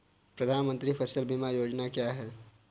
प्रधानमंत्री फसल बीमा योजना क्या है?